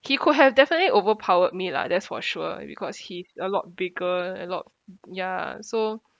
he could have definitely overpowered me lah that's for sure because he's a lot bigger a lot ya so